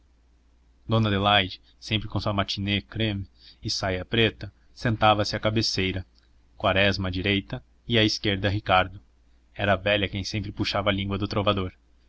dona adelaide sempre com a sua matinée creme e saia preta sentava-se à cabeceira quaresma à direita e à esquerda ricardo era a velha quem sempre puxava a língua do trovador